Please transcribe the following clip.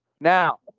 Now